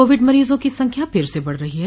Covid मरीजों की संख्या फिर से बढ़ रही है